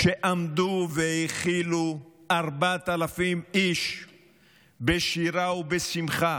שעמדו והאכילו 4,000 איש בשירה ובשמחה.